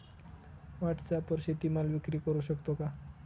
व्हॉटसॲपवर शेती माल विक्री करु शकतो का?